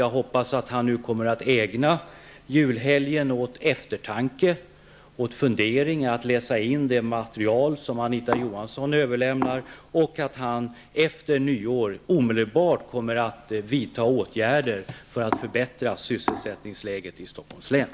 Jag hoppas att han nu kommer att ägna julhelgen åt eftertanke och funderingar och till att läsa in det material som Anita Johansson överlämnar, och att han efter nyår omedelbart kommer att vidta åtgärder för att förbättra sysselsättningsläget i Stockholms län.